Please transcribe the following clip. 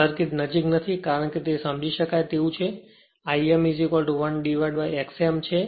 circuit નજીક નથી કારણ કે તે સમજી શકાય તેવું છે અને I m 1 X m છે